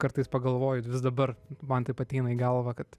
kartais pagalvoju dvis dabar man taip ateina į galvą kad